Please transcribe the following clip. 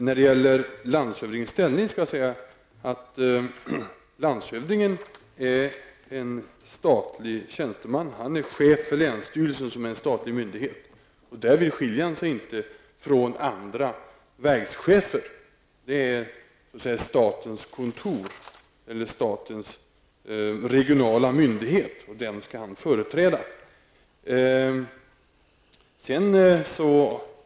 När det gäller en landshövdings ställning är han en statlig tjänsteman. Han är chef för länsstyrelsen som är en statlig myndighet. Därmed skiljer han sig inte från andra verkschefer. Länsstyrelsen utgör statens regionala myndighet, och den skall landshövdingen företräda.